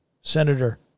Senator